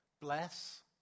Bless